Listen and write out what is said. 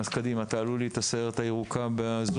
אז קדימה, תעלו לי ב- Zoom